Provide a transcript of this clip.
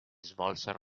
svolsero